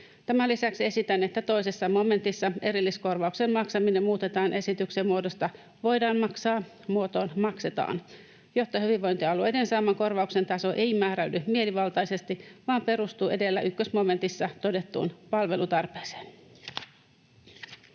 Tämän lisäksi esitän, että 2 momentissa erilliskorvauksen maksaminen muutetaan esityksen muodosta ”voidaan maksaa” muotoon ”maksetaan”, jotta hyvinvointialueiden saaman korvauksen taso ei määräydy mielivaltaisesti vaan perustuu edellä 1 momentissa todettuun palvelutarpeeseen.